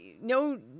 no